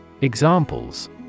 Examples